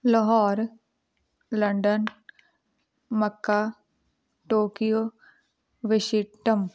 Lahore London Makkah Tokyo Washington